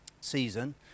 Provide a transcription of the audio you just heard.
season